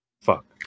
Fuck